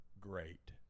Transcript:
great